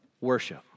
worship